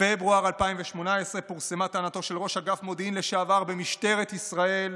בפברואר 2018 פורסמה טענתו של ראש אגף מודיעין לשעבר במשטרת ישראל